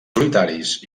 solitaris